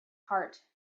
heart